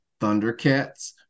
Thundercats